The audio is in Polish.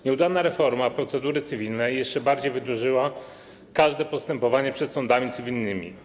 Nieudana reforma procedury cywilnej jeszcze bardziej wydłużyła każde postępowanie przed sądami cywilnymi.